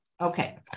Okay